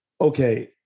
okay